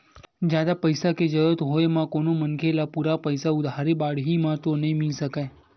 जादा पइसा के जरुरत होय म कोनो मनखे ल पूरा पइसा उधारी बाड़ही म तो नइ मिल सकय